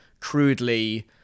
crudely